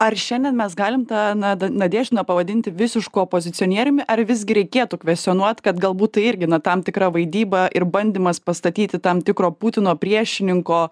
ar šiandien mes galim tą nad nadeždiną pavadinti visišku opozicionieriumi ar visgi reikėtų kvestionuot kad galbūt tai irgi na tam tikra vaidyba ir bandymas pastatyti tam tikro putino priešininko